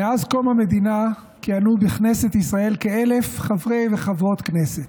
מאז קום המדינה כיהנו בכנסת ישראל כ-1,000 חברי וחברות כנסת.